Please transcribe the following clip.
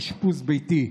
אשפוז ביתי).